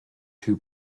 two